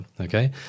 okay